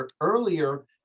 earlier